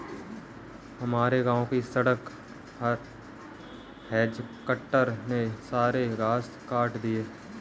हमारे गांव की सड़क पर हेज कटर ने सारे घास काट दिए हैं